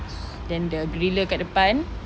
s~ then the griller dekat depan